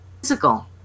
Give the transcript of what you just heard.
physical